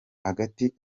hagati